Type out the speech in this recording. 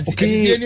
Okay